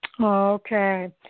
Okay